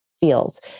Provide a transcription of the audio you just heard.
Feels